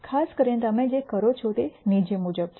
ખાસ કરીને તમે જે કરો છો તે નીચે મુજબ છે